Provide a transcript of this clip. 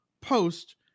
post